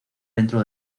dentro